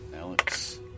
Alex